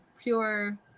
pure